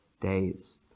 days